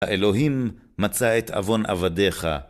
האלוהים מצא את עוון עבדיך.